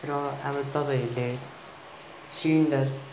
र अब तपाईँहरूले सिलिन्डर